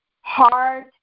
hard